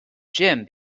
jim